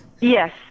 yes